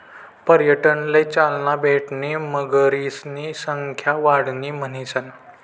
पर्यटनले चालना भेटणी मगरीसनी संख्या वाढणी म्हणीसन